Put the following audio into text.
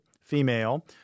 female